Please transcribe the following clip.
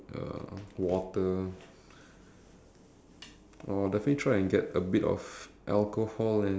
also if the alcohol cause usually it's glass bottle if it breaks it makes noise